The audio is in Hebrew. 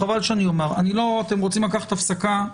רוצים לקחת הפסקה?